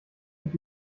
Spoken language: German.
sich